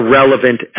relevant